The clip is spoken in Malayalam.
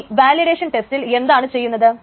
ഇനി വാലിഡേഷൻ ടെസ്റ്റിൽ എന്താണ് ചെയ്യുന്നത്